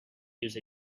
use